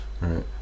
right